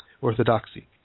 orthodoxy